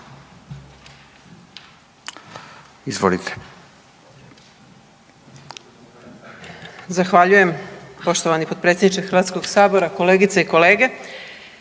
Izvolite,